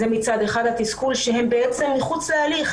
זה מצד אחד התסכול שהם בעצם מחוץ להליך,